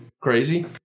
crazy